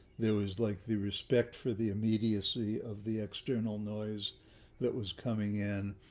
there was like, the respect for the immediacy of the external noise that was coming in.